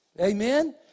Amen